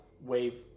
wave